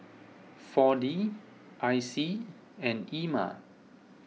four D I C and Ema